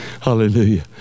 Hallelujah